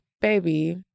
Baby